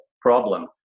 problem